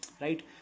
right